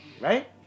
Right